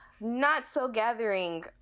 not-so-gathering